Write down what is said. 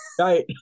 right